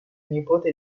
nipote